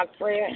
prayer